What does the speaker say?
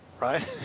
right